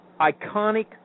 Iconic